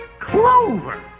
Clover